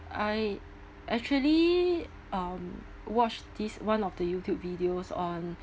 I actually um watch this one of the youtube videos on